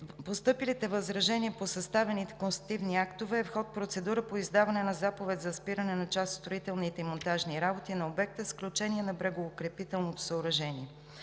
постъпилите възражения по съставените констативни актове е вход процедура по издаване на заповед за спиране на част от строителните и монтажни работи на обекта с изключение на брегоукрепително съоръжение.